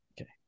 Okay